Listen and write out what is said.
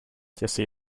jessie